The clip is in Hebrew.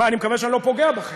אני מקווה שאני לא פוגע בכם,